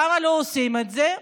למה לא עושים את זה?